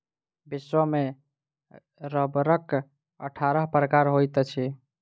विश्व में रबड़क अट्ठारह प्रकार होइत अछि